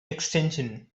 extension